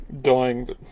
dying